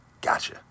Gotcha